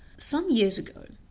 some years ago,